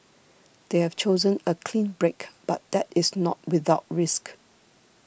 they have chosen a clean break but that is not without risk